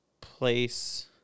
place